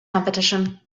competition